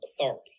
Authority